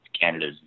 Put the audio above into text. Canada's